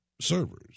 servers